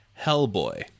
Hellboy